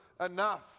enough